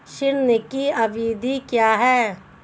ऋण की अवधि क्या है?